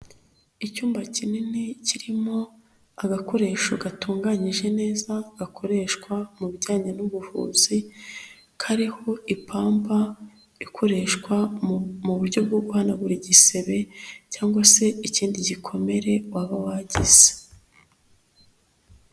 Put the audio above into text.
Icyumba kinini kirimo agakoresho gatunganyije neza gakoreshwa mu bijyanye n'ubuvuzi kariho ipamba ikoreshwa mu buryo bwo guhanagura igisebe cyangwa se ikindi gikomere waba wagize.